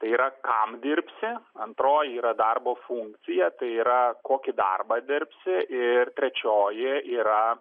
tai yra kam dirbsi antroji yra darbo funkcija tai yra kokį darbą dirbsi ir trečioji yra